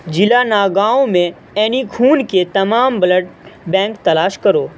ضلع ناگاؤں میں اینی خون کے تمام بلڈ بینک تلاش کرو